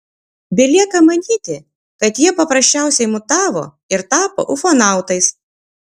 belieka manyti kad jie paprasčiausiai mutavo ir tapo ufonautais